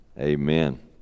Amen